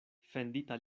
fendita